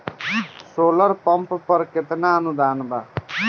Solar pump पर केतना अनुदान बा?